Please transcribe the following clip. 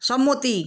সম্মতি